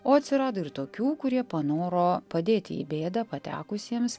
o atsirado ir tokių kurie panoro padėti į bėdą patekusiems